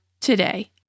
today